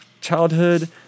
childhood